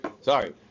Sorry